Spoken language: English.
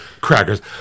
crackers